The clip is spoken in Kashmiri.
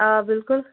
آ بِلکُل